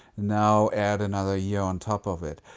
now add another year on top of it.